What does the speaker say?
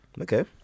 okay